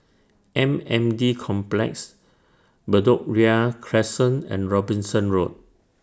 M N D Complex Bedok Ria Crescent and Robinson Road